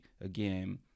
again